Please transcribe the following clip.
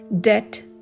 debt